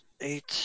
Eight